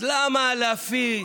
אז למה להפיץ?